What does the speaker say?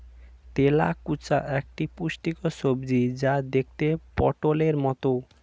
তেলাকুচা একটি পুষ্টিকর সবজি যা দেখতে পটোলের মতো